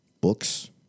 books